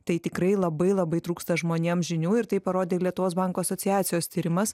tai tikrai labai labai trūksta žmonėms žinių ir tai parodė lietuvos bankų asociacijos tyrimas